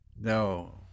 No